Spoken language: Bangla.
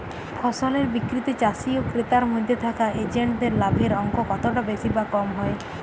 ফসলের বিক্রিতে চাষী ও ক্রেতার মধ্যে থাকা এজেন্টদের লাভের অঙ্ক কতটা বেশি বা কম হয়?